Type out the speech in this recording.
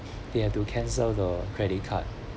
they have to cancel the credit card